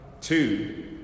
Two